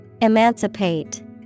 Emancipate